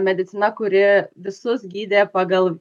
medicina kuri visus gydė pagal